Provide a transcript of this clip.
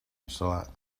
instal·lar